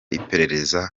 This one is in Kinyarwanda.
iperereza